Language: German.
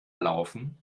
laufen